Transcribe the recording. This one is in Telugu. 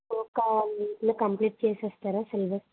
ఒక వీక్లో కంప్లీట్ చేస్తారా సిలబస్